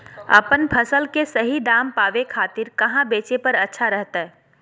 अपन फसल के सही दाम पावे खातिर कहां बेचे पर अच्छा रहतय?